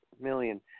million